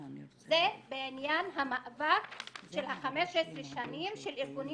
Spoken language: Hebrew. זה בעניין המאבק של ה-15 שנים של ארגונים